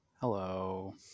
Hello